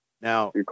Now